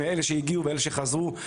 אלה שהגיעו ואלה שחזרו.